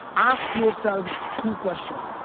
ask yourself two questions.